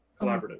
collaborative